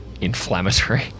inflammatory